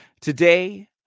today